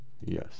Yes